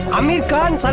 aamir khan,